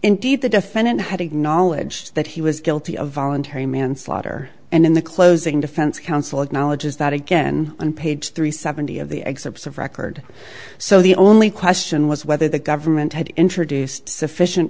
indeed the defendant had acknowledged that he was guilty of voluntary manslaughter and in the closing defense counsel acknowledges that again on page three seventy of the excerpts of record so the only question was whether the government had introduced sufficient